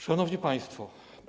Szanowni Państwo!